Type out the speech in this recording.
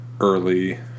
early